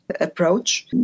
approach